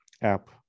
app